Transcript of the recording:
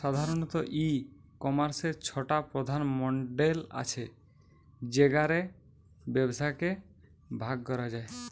সাধারণত, ই কমার্সের ছটা প্রধান মডেল আছে যেগা রে ব্যবসাকে ভাগ করা যায়